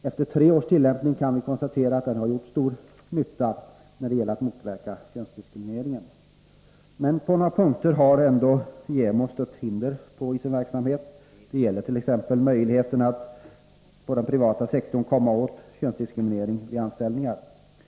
Efter tre års tillämpning kan vi konstatera att den har gjort stor nytta när det gäller att motverka könsdiskriminering. På några punkter har jämställdhetsombudsmannen stött på hinder i sin verksamhet. Det gäller t.ex. möjligheten att komma åt könsdiskriminering vid anställningar inom den privata sektorn.